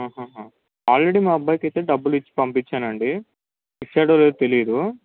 already మా అబ్బాయికి అయితే డబ్బులు ఇచ్చి పంపించాను అండి ఇచ్చాడో లేదో తెలియదు